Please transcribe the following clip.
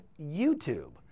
YouTube